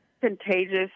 contagious